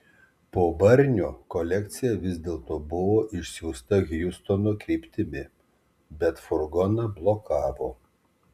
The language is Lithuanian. po barnio kolekcija vis dėlto buvo išsiųsta hjustono kryptimi bet furgoną blokavo